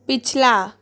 पिछला